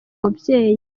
mubyeyi